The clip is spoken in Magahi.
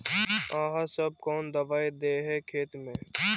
आहाँ सब कौन दबाइ दे है खेत में?